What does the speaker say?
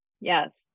Yes